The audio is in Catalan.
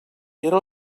era